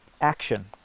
action